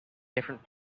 different